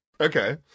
Okay